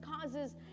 causes